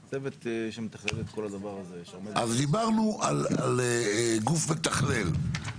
דיברנו על גוף מתכלל.